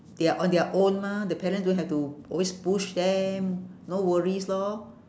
they are on their own mah the parent don't have to always push them no worries lor